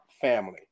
family